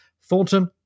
Thornton